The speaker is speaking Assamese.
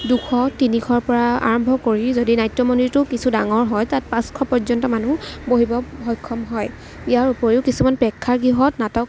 দুশ তিনিশৰ পৰা আৰম্ভ কৰি যদি নাট্য়মন্দিৰটো কিছু ডাঙৰ হয় তাত পাঁচশ পৰ্যন্ত মানুহ বহিবলৈ সক্ষম হয় ইয়াৰ উপৰিও কিছুমান প্ৰেক্ষাগৃহত নাটক